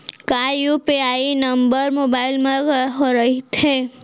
का UPI number mobile म रहिथे?